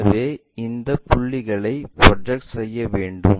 எனவே இந்த புள்ளிகளை ப்ரொஜெக்ட் செய்ய வேண்டும்